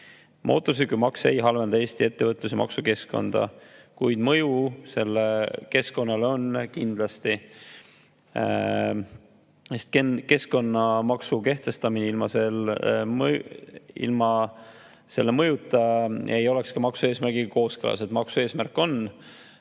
Mootorsõidukimaks ei halvenda Eesti ettevõtlus- ja maksukeskkonda, kuid mõju sellele keskkonnale on kindlasti. Keskkonnamaksu kehtestamine ilma mõjuta ei oleks maksu eesmärgiga kooskõlas. Maksu eesmärk on